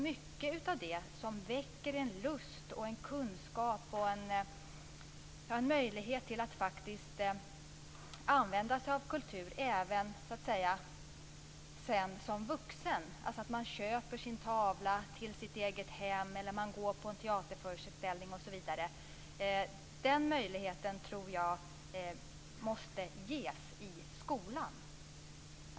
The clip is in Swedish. Mycket av det som väcker lust och kunskap och som gör det möjligt att använda sig av kultur även som vuxen - man köper en tavla till sitt eget hem eller går på en teaterföreställning, osv. - tror jag måste ges i skolan.